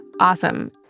Awesome